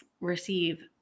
receive